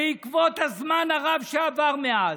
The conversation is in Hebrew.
בעקבות הזמן הרב שעבר מאז,